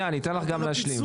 אתן לך גם להשלים.